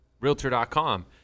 Realtor.com